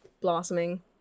blossoming